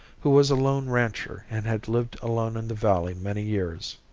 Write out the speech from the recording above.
who was a lone rancher and had lived alone in the valley many years.